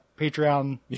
Patreon